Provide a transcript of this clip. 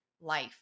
life